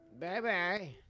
Bye-bye